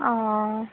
ও